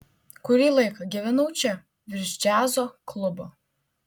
kurį laiką gyvenau čia virš džiazo klubo